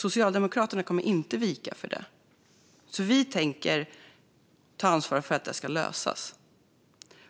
Socialdemokraterna kommer inte att vika för det. Vi tänker ta ansvar för att detta ska lösas.